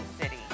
City